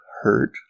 hurt